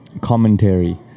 commentary